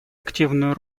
активную